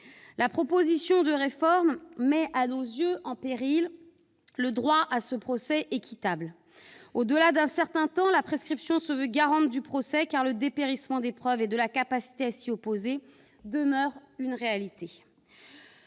yeux, cette réforme met en péril le droit au procès équitable. Au-delà d'un certain laps de temps, la prescription se veut garante du procès, car le dépérissement des preuves et de la capacité à s'y opposer demeure une réalité.